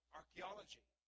archaeology